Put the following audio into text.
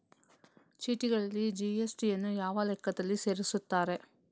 ಚೀಟಿಗಳಲ್ಲಿ ಜಿ.ಎಸ್.ಟಿ ಯನ್ನು ಯಾವ ಲೆಕ್ಕದಲ್ಲಿ ಸೇರಿಸುತ್ತಾರೆ?